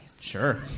Sure